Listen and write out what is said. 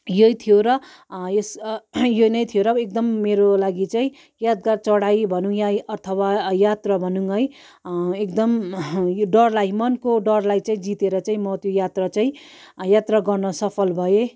यही थियो र यस यो नै थियो र एकदम मेरो लागि चाहिँ यादगार चडाइ भनौँ वा अथवा यात्रा भनौँ है एकदम यो डरलाई मनको डरलाई चाहिँ जितेर चाहिँ म त्यो यात्रा चाहिँ यात्रा गर्न सफल भएँ